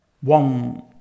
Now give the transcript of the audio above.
One